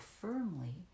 firmly